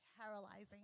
paralyzing